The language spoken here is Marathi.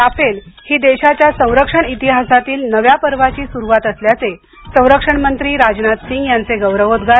राफेल ही देशाच्या संरक्षण तिहासातील नव्या पर्वाची सुरुवात असल्याचे संरक्षण मंत्री राजनाथ सिंग यांचे गौरवोद्वार